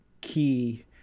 key